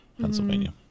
Pennsylvania